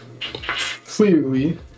Clearly